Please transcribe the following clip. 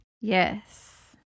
Yes